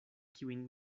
kiujn